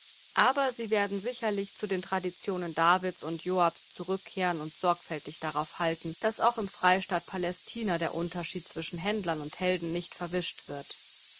aber sie werden sicherlich zu den traditionen davids und joabs zurückkehren und sorgfältig darauf halten daß auch im freistaat palästina der unterschied zwischen händlern und helden nicht verwischt wird